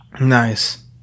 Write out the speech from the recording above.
Nice